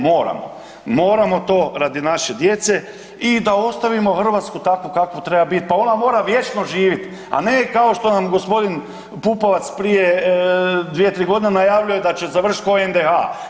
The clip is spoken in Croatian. Moramo, moramo to radi naše djece i da ostavimo Hrvatsku takvu kakva treba bit, pa ona mora vječno živit, a ne kao što nam g. Pupovac prije 2-3.g. najavljuje da će završit ko NDH.